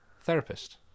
therapist